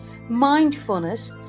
mindfulness